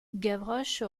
gavroche